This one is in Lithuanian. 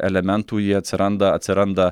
elementų jie atsiranda atsiranda